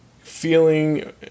Feeling